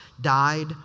died